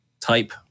type